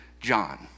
John